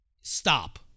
Stop